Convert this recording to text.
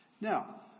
Now